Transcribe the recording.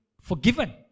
forgiven